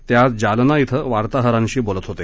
ते आज जालना इथं वार्ताहरांशी बोलत होते